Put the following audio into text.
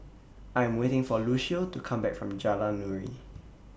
I Am waiting For Lucio to Come Back from Jalan Nuri